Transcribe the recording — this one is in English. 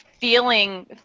feeling